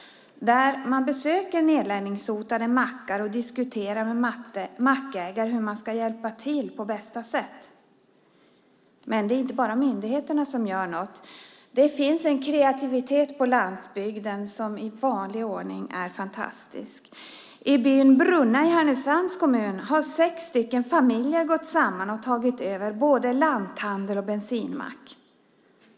Man besöker nedläggningshotade mackar och diskuterar med mackägarna hur man på bästa sätt kan hjälpa till. Men det är inte bara myndigheterna som gör något. Det finns en kreativitet på landsbygden som, i vanlig ordning, är fantastisk. I byn Brunna i Härnösands kommun har sex familjer gått samman och tagit över både lanthandel och bensinmack.